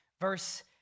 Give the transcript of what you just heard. Verse